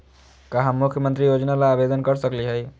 का हम मुख्यमंत्री योजना ला आवेदन कर सकली हई?